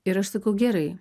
ir aš sakau gerai